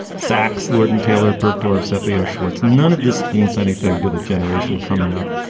sachs' lorden taylor bergdorf's sophia schwartz. none of this means anything to the generation coming up.